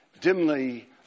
dimly